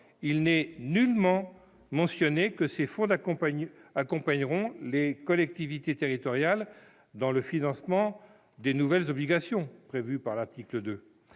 il n'est nullement mentionné que ces fonds accompagneront les collectivités territoriales dans le financement des nouvelles obligations prévues par l'article 2.